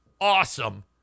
awesome